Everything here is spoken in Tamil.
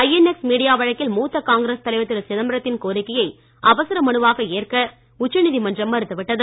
ஐஎன்எக்ஸ் மீடியா வழக்கில் மூத்த காங்கிரஸ் தலைவர் திரு சிதம்பரத்தின் கோரிக்கையை அவசர மனுவாக ஏற்க உச்சநீதிமன்றம் மறுத்துவிட்டது